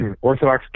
Orthodox